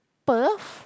Perth